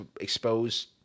expose